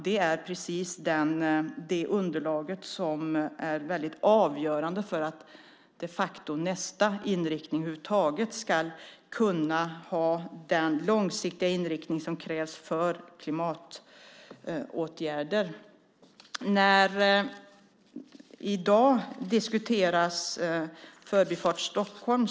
Det är precis detta underlag som är väldigt avgörande för att nästa inriktning över huvud taget ska kunna ha den långsiktighet som krävs för att kunna vidta åtgärder. I dag diskuteras Förbifart Stockholm.